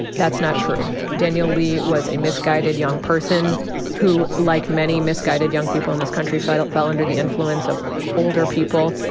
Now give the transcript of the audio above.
that's not true. daniel lee was a misguided young person who, like many misguided young people in this country, fell fell under the influence of older people.